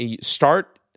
start